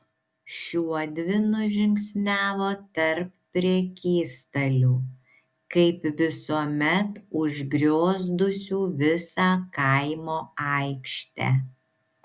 šiuodvi nužingsniavo tarp prekystalių kaip visuomet užgriozdusių visą kaimo aikštę